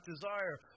desire